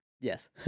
Yes